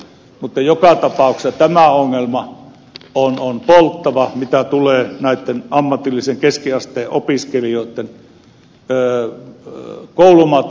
mutta joka tapauksessa tämä ongelma on polttava mitä tulee näitten ammatillisen keskiasteen ja lukioiden opiskelijoitten koulumatkoihin